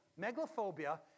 Megalophobia